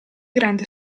grande